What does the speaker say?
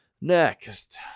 Next